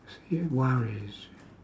see worries